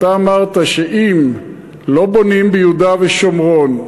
אתה אמרת שאם לא בונים ביהודה ושומרון,